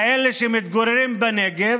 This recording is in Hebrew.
כאלה שמתגוררים בנגב,